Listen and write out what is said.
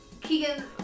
Keegan